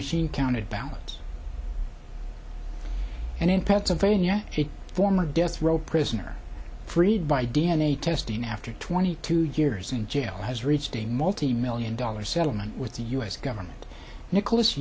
machine counted ballots and in pennsylvania it former death row prisoner freed by d n a testing after twenty two years in jail has reached a multi million dollar settlement with the u s government nicholas